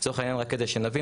לצורך העניין רק כדי שנבין,